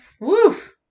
Woof